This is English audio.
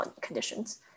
conditions